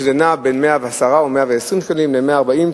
שנעה בין 110 או 120 שקלים ל-140,